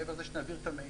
מעבר לזה שנעביר את המידע,